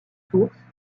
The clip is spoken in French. sources